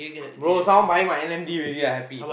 bro someone buying my N M D already I happy